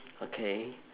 okay